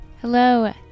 Hello